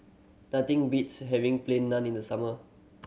nothing beats having Plain Naan in the summer